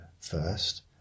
first